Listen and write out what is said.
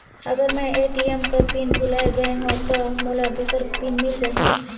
अगर मैं ए.टी.एम कर पिन भुलाये गये हो ता मोला दूसर पिन मिल जाही?